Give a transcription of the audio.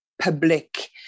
public